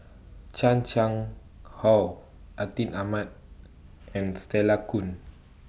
Chan Chang How Atin Amat and Stella Kon